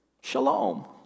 Shalom